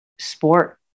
sport